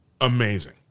Amazing